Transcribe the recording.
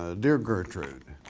ah dear gertrude,